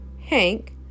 Hank